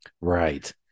right